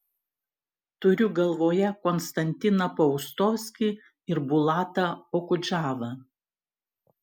turiu galvoje konstantiną paustovskį ir bulatą okudžavą